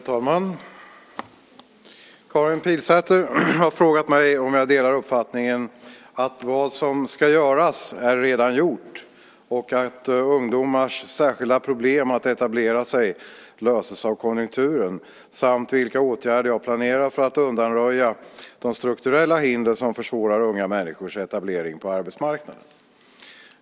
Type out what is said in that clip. Herr talman! Karin Pilsäter har frågat mig om jag delar uppfattningen att "vad som ska göras är redan gjort" och att ungdomars särskilda problem att etablera sig löses av konjunkturen samt vilka åtgärder jag planerar för att undanröja de strukturella hinder som försvårar unga människors etablering på arbetsmarknaden.